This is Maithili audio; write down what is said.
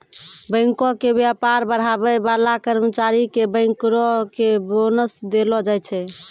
बैंको के व्यापार बढ़ाबै बाला कर्मचारी के बैंकरो के बोनस देलो जाय छै